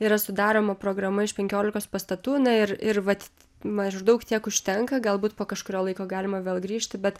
yra sudaroma programa iš penkiolikos pastatų ir ir vat maždaug tiek užtenka galbūt po kažkurio laiko galima vėl grįžti bet